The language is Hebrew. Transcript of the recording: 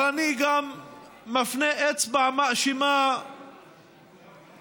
אבל אני מפנה אצבע מאשימה גם לממשלה,